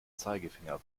zeigefinger